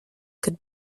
could